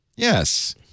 Yes